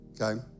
Okay